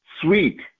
sweet